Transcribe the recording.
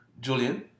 Julian